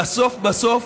בסוף בסוף